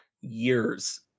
years